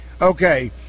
Okay